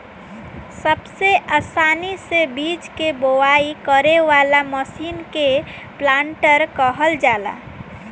सबसे आसानी से बीज के बोआई करे वाला मशीन के प्लांटर कहल जाला